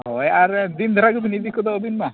ᱦᱳᱭ ᱟᱨ ᱫᱤᱱ ᱫᱷᱟᱨᱟ ᱜᱮᱵᱤᱱ ᱤᱫᱤ ᱠᱚᱢᱟ ᱟᱹᱵᱤᱱᱢᱟ